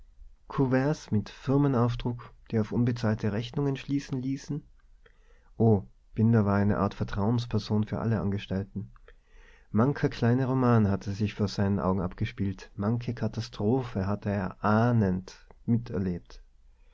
mit firmenaufdruck die auf unbezahlte rechnungen schließen ließen o binder war eine art vertrauensperson für alle angestellten mancher kleine roman hatte sich vor seinen augen abgespielt manche katastrophe hatte er ahnend miterlebt